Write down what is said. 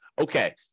okay